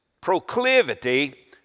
proclivity